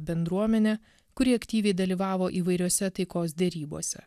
bendruomene kuri aktyviai dalyvavo įvairiose taikos derybose